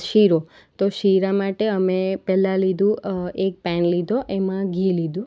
શીરો તો શીરા માટે અમે પેલા લીધું એક પેન લીધો એમાં ઘી લીધું